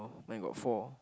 mine got four